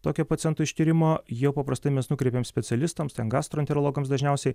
tokio pacientų ištyrimo jau paprastai mes nukreipiam specialistams ten gastroenterologams dažniausiai